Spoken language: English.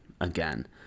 again